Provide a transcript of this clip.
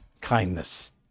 kindness